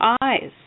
eyes